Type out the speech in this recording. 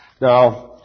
Now